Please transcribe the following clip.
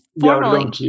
formally